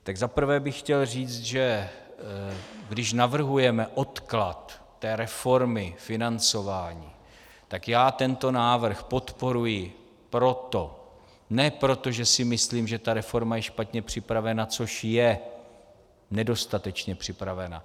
Tak za prvé bych chtěl říct, že když navrhujeme odklad reformy financování, tak já tento návrh podporuji ne proto, že si myslím, že ta reforma je špatně připravena což je, nedostatečně připravena.